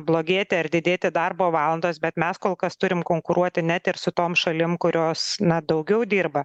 blogėti ar didėti darbo valandos bet mes kol kas turim konkuruoti net ir su tom šalim kurios na daugiau dirba